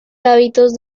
hábitos